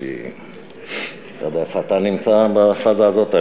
אני לא יודע איפה אתה נמצא בפאזה הזאת.